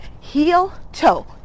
heel-toe